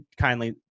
kindly